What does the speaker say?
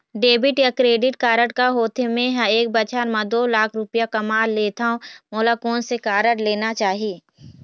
Debit या credit card का होथे, मे ह एक बछर म दो लाख रुपया कमा लेथव मोला कोन से कारड लेना चाही?